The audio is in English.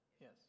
Yes